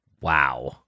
Wow